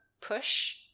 push